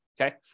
okay